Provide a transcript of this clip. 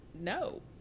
no